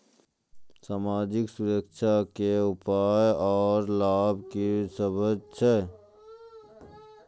समाजिक सुरक्षा के उपाय आर लाभ की सभ छै?